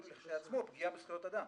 שהוא בפני עצמו פגיעה בזכויות אדם.